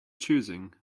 choosing